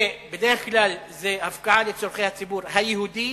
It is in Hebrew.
ובדרך כלל זו הפקעה לצורכי הציבור היהודי,